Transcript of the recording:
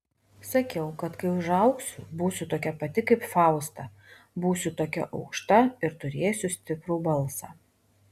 sakiau kad kai užaugsiu būsiu tokia pati kaip fausta būsiu tokia aukšta ir turėsiu stiprų balsą